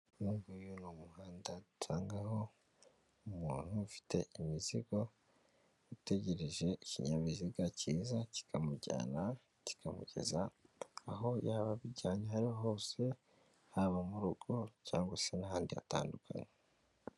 Uyu nguyu n'umuhanda usangaho umuntu ufite imizigo utegereje ikinyabiziga cyiza kikamujyana kikamugeza aho yaba abijyanye ari hose, haba mu rugo cyangwa se n'ahandi hatandukanye.